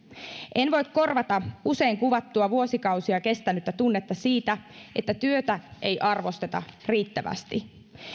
en voi korvata usein kuvattua vuosikausia kestänyttä tunnetta siitä että työtä ei arvosteta riittävästi